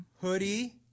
Hoodie